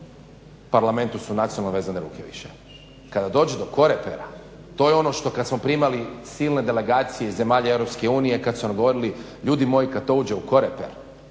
Parlamentu su nacionalno vezane ruke više. Kada dođe do Corepera to je ono što kada smo primali silne delegacije iz zemalja EU kada su nam govorili, ljudi moji kada to uđe u Coreper